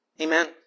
Amen